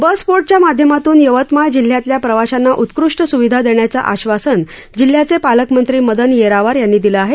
बसपोर्टच्या माध्यमातून यवतमाळ जिल्ह्यातल्या प्रवाशांना उत्कृष्ट सुविधा देण्याचं आश्वासन जिल्ह्याचे पालकमंत्री मदन येरावार यांनी दिलं आहे